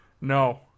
No